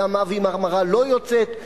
וה"מרמרה" לא יוצאת.